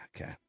Okay